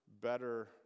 better